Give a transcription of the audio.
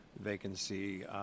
vacancy